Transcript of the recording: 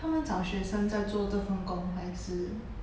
他们找学生在做这份工还是